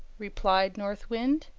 replied north wind.